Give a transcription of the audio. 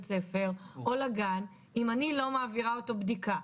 ספר או לגן אם אני לא מעבירה אותו בדיקה.